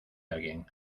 alguien